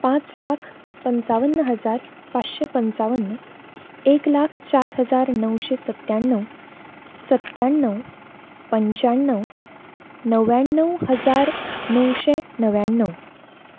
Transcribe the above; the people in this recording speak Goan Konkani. पाच लाख पंचावन्न हजार पाचशे पंचावन एक लाख चार हजार णवशे सत्त्याणव सत्त्याणव पंच्याणव णव्याणव हजार णवशे णव्याणव